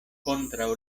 kontraŭ